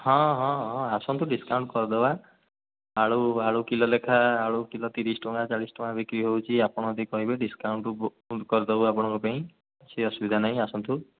ହଁ ହଁ ହଁ ଆସନ୍ତୁ ଡିସ୍କାଉଣ୍ଟ୍ କରିଦେବା ଆଳୁ ଆଳୁ କିଲୋ ଲେଖା ଆଳୁ କିଲୋ ତିରିଶ ଟଙ୍କା ଚାଳିଶ ଟଙ୍କା ବିକ୍ରି ହେଉଛି ଆପଣ ଯଦି କହିବେ ଡିସ୍କାଉଣ୍ଟ୍ କରିଦେବୁ ଆପଣଙ୍କ ପାଇଁ କିଛି ଅସୁବିଧା ନାହିଁ ଆସନ୍ତୁ